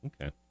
Okay